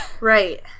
Right